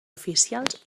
oficials